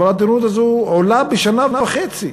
אבל הטירונות הזאת עולה בשנה וחצי,